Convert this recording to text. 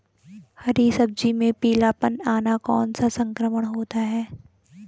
हरी सब्जी में पीलापन आना कौन सा संक्रमण होता है?